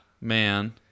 Man